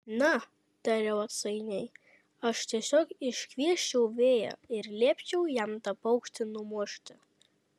na tariau atsainiai aš tiesiog iškviesčiau vėją ir liepčiau jam tą paukštį numušti